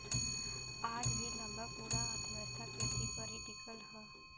आज भी लगभग पूरा अर्थव्यवस्था कृषि पर ही टिकल हव